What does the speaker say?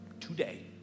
today